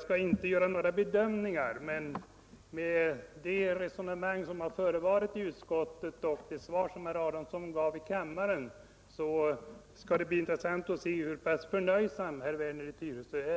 skall inte göra några bedömningar, men jag vill ändå redan nu säga, att med det resonemang som förevarit i utskottet och det svar som herr Adamsson gav här i kammaren skall det bli intressant att se hur pass förnöjsam herr Werner i Tyresö är.